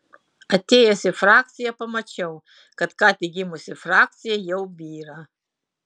atėjęs į frakciją pamačiau kad ką tik gimusi frakcija jau byra